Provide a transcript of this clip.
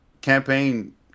campaign